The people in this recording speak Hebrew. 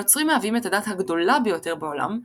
הנוצרים מהווים את הדת הגדולה ביותר בעולם,